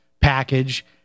package